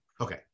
Okay